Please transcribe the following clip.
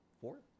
four